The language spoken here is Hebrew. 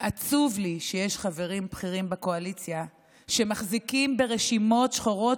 עצוב לי שיש חברים בכירים בקואליציה שמחזיקים ברשימות שחורות